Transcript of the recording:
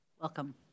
Welcome